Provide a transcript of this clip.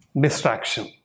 distraction